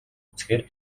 үзэхээр